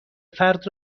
فرد